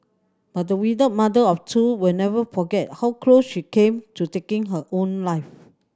but the widowed mother of two will never forget how close she came to taking her own life